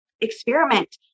experiment